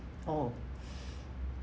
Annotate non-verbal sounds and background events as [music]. oh [breath]